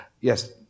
Yes